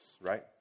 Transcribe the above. right